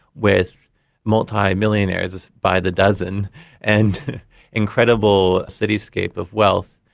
with multi-millionaires by the dozen and incredible cityscape of wealth,